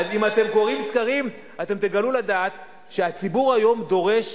אם אתם קוראים סקרים אתם תגלו לדעת שהציבור היום דורש